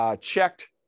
Checked